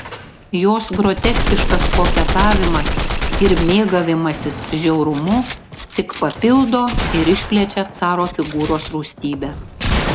jos groteskiškas koketavimas ir mėgavimasis žiaurumu tik papildo ir išplečia caro figūros rūstybę